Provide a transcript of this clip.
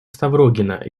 ставрогина